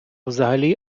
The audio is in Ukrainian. взагалі